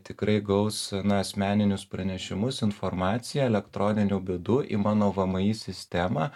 tikrai gaus na asmeninius pranešimus informaciją elektroniniu būdu į mano vmi sistemą